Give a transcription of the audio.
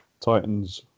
Titans